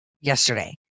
yesterday